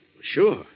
Sure